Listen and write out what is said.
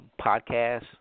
podcasts